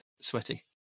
Sweaty